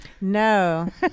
No